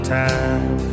time